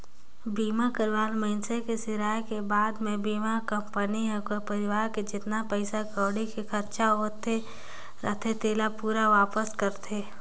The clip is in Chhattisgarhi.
बीमा करवाल मइनसे के सिराय के बाद मे बीमा कंपनी हर ओखर परवार के जेतना पइसा कउड़ी के खरचा होये रथे तेला पूरा वापस करथे